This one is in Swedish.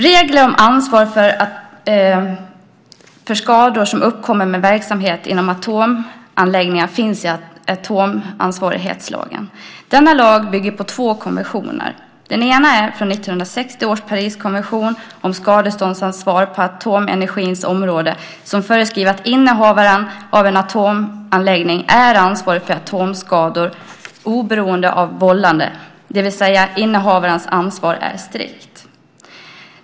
Regler om ansvar för skador som uppkommer i verksamhet med atomanläggning finns i atomansvarighetslagen. Denna lag bygger på två konventioner. Den ena är 1960 års Pariskonvention om skadeståndsansvar på atomenergins område. Den föreskriver att innehavaren av en atomanläggning är ansvarig för atomskador oberoende av vållande, det vill säga att innehavarens ansvar är strikt.